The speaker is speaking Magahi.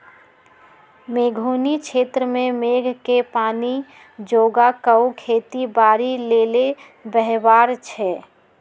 मेघोउनी क्षेत्र में मेघके पानी जोगा कऽ खेती बाड़ी लेल व्यव्हार छै